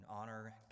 honor